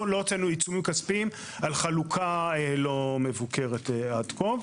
לא הוצאנו עיצומים כספיים על חלוקה לא מבוקרת עד כה.